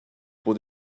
pour